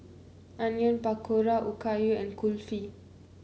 Onion Pakora Okayu and Kulfi